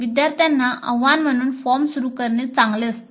विद्यार्थ्यांना आवाहन करून फॉर्म सुरू करणे चांगले असते